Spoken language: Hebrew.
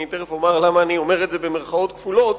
ואני תכף אומר למה אני אומר את זה במירכאות כפולות,